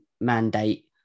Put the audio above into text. mandate